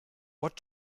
what